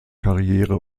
karriere